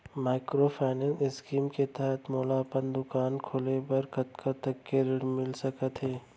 Microfinance scheme के तहत मोला अपन दुकान खोले बर कतना तक के ऋण मिलिस सकत हे?